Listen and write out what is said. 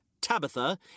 Tabitha